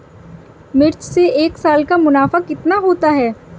मिर्च से एक साल का मुनाफा कितना होता है?